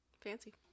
Fancy